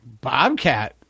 bobcat